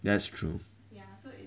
that's true